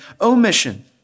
omission